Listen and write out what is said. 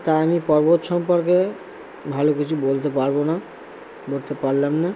তাই আমি পর্বত সম্পর্কে ভালো কিছু বলতে পারব না বলতে পারলাম না